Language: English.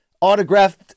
autographed